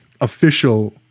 official